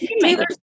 Taylor